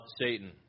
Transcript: Satan